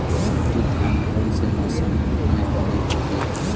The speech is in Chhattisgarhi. शिल्टी धान कोन से मौसम मे बने होही?